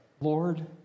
Lord